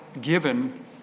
given